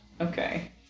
Okay